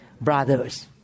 brothers